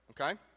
Okay